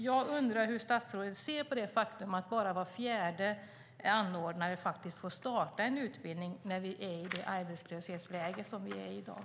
Jag undrar hur statsrådet ser på det faktum att bara var fjärde anordnare får starta en utbildning när vi har det arbetslöshetsläge som vi har i dag.